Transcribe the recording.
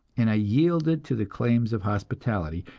and i yielded to the claims of hospitality,